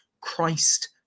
Christ